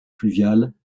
fluviale